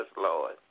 Lord